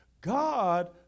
God